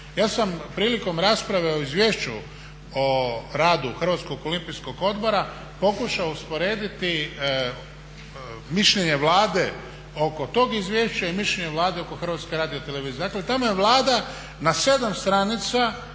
Ja sam prilikom rasprave o izvješću o ratu Hrvatskog olimpijskog odbora pokušao usporediti mišljenje Vlade oko toga izvješća i mišljenje Vlade oko HRT-a. Dakle, tamo je